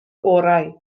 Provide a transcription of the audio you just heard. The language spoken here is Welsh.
orau